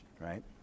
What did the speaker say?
right